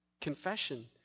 Confession